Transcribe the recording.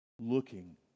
looking